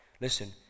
Listen